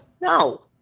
No